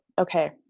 Okay